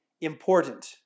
important